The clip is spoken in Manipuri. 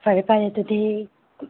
ꯐꯔꯦ ꯐꯔꯦ ꯑꯗꯨꯗꯤ